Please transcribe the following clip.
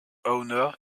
owner